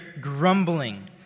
grumbling